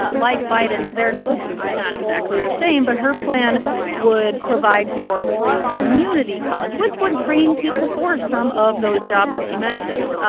ah like biden's, they're not exactly the same, but her plan would provide for free community college, which would train people for some of those jobs that she mentioned.